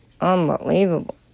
Unbelievable